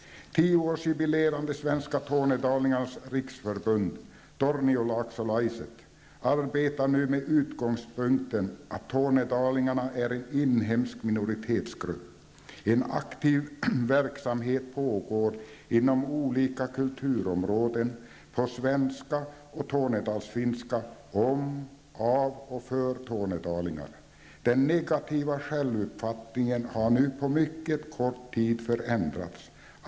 Tioårsjubilerande Svenska Tornedalingarnas riksförbund -- Torniolaaksolaiset arbetar nu med utgångspunkten att tornedalingarna är en inhemsk minoritetsgrupp. En aktiv verksamhet pågår inom olika kulturområden på svenska och tornedalsfinska om, av och för tornedalingar. Den negativa självuppfattningen har nu på mycket kort tid förändrats.